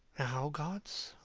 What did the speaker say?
now, gods,